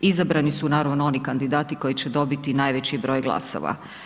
Izabrani su naravno oni kandidati koji će dobiti najveći broj glasova.